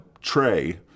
tray